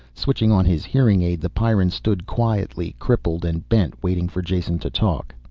switching on his hearing aid, the pyrran stood quietly, crippled and bent, waiting for jason to talk.